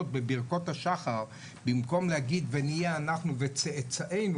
בברכת השחר במקום להגיד 'ונהיה אנחנו וצאצאינו'